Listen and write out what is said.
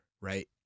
right